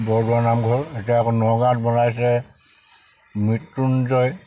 বৰদোৱা নামঘৰ এতিয়া আকৌ নগাঁৱত বনাইছে মৃত্যুঞ্জয়